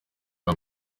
are